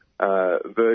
version